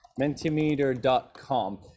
Mentimeter.com